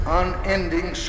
unending